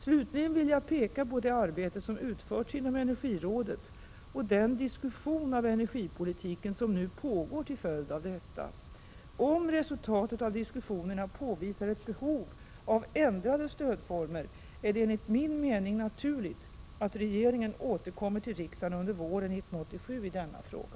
Slutligen vill jag peka på det arbete som utförts inom energirådet och den diskussion om energipolitiken som nu pågår till följd av detta. Om resultatet av diskussionerna påvisar ett behov av ändrade stödformer är det enligt min mening naturligt att regeringen återkommer till riksdagen under våren 1987 i denna fråga.